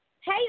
Hey